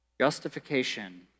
Justification